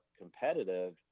competitive